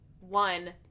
one